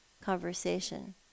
conversation